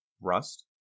Rust